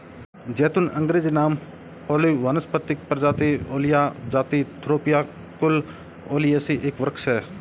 ज़ैतून अँग्रेजी नाम ओलिव वानस्पतिक प्रजाति ओलिया जाति थूरोपिया कुल ओलियेसी एक वृक्ष है